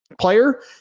player